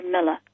Miller